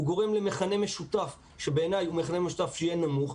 הוא גורם למכנה משותף שבעיניי הוא מכנה משותף נמוך.